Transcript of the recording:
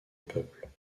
peuple